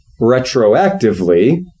retroactively